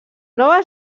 nova